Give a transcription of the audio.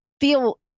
feel